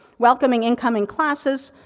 welcoming incoming classes,